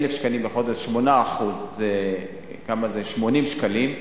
בחודש, 8% מ-1,000 ש"ח בחודש זה 80 שקלים,